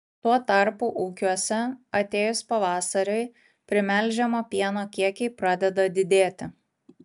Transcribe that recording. tuo tarpu ūkiuose atėjus pavasariui primelžiamo pieno kiekiai pradeda didėti